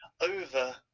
over